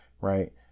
right